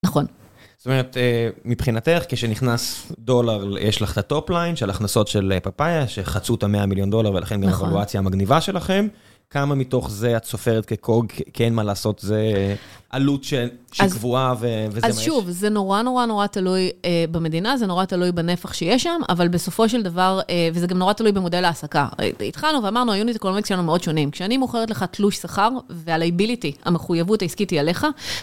נכון. זאת אומרת, מבחינתך, כשנכנס דולר, יש לך את הטופליין של הכנסות של פאפאיה, שחצו את המאה מיליון דולר, ולכן גם הקולואציה המגניבה שלכם. כמה מתוך זה את סופרת כקוג, כי אין מה לעשות, זו עלות שגבורה, וזה מה יש? אז שוב, זה נורא נורא נורא תלוי במדינה, זה נורא תלוי בנפח שיש שם, אבל בסופו של דבר, וזה גם נורא תלוי במודל העסקה. התחלנו ואמרנו, היוניטרוניקס שלנו מאוד שונים. כשאני מוכרת לך תלוש שכר והלייביליטי, המחויבות העסקית היא עליך..